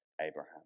Abraham